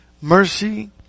mercy